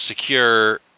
secure